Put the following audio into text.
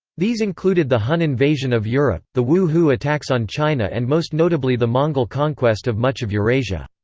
these included the hun invasion of europe, the wu hu attacks on china and most notably the mongol conquest of much of eurasia.